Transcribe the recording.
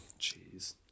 Jeez